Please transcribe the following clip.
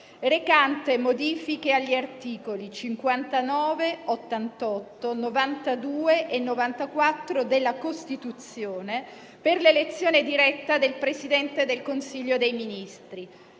***Modifiche agli articoli 59, 88, 92 e 94 della Costituzione per l'elezione diretta del Presidente del Consiglio dei ministri,